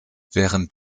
während